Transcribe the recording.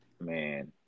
man